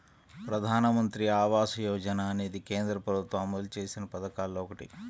ప్రధానమంత్రి ఆవాస యోజన అనేది కేంద్ర ప్రభుత్వం అమలు చేసిన పథకాల్లో ఒకటి